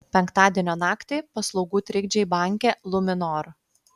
penktadienio naktį paslaugų trikdžiai banke luminor